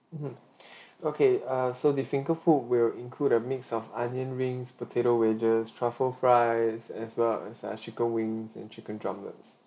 mmhmm okay uh so the finger food we'll include a mix of onion rings potato wages truffle fries as well as like chicken wings and chicken drumlets